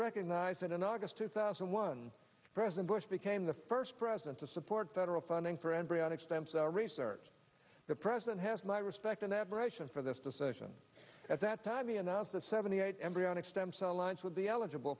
recognized that in august two thousand and one president bush became the first president to support federal funding for embryonic stem cell research the president has my respect and admiration for this decision at that time the enough the seventy eight embryonic stem cell lines would be eligible